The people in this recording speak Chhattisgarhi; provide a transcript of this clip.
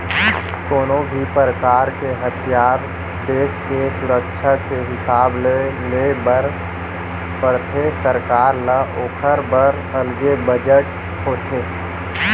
कोनो भी परकार के हथियार देस के सुरक्छा के हिसाब ले ले बर परथे सरकार ल ओखर बर अलगे बजट होथे